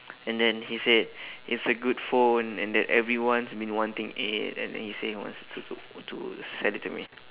and then he said it's a good phone and that everyone's been wanting it and then he say he wants to to sell it to me